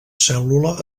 cèl·lula